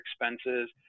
expenses